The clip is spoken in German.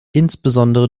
insbesondere